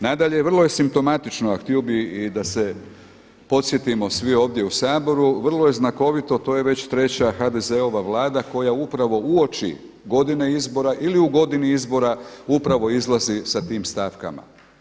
Nadalje, vrlo je simptomatično a htio bi i da se podsjetimo svi ovdje u Saboru, vrlo je znakovito to je već treća HDZ-ova Vlada koja upravo uoči godine izbora ili u godini izbora upravo izlazi sa tim stavkama.